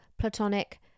platonic